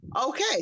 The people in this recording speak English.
okay